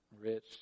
rich